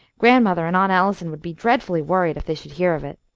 grandmother and aunt allison would be dreadfully worried if they should hear of it.